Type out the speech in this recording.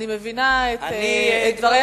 אני מבינה את דבריך,